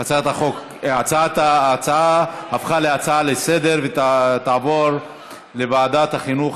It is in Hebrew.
להצעה לסדר-היום ולהעביר את הנושא לוועדת החינוך,